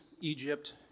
Egypt